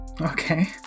Okay